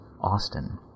Austin